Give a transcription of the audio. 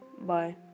Bye